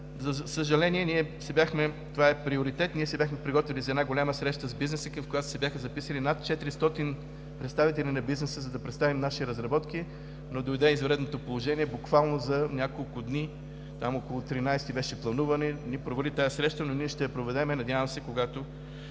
за съжаление, това е приоритет. Ние се бяхме приготвили за една голяма среща с бизнеса, в която се бяха записали над 400 представители на бизнеса, за да представим наши разработки, но дойде извънредното положение, буквално за няколко дни – там около 13-и беше планувана, ни провали тази среща, но ние ще я проведем, надявам се, за